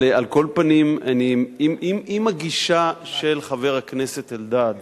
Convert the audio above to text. על כל פנים, אם הגישה של חבר הכנסת אלדד